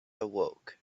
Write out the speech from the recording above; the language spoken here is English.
awoke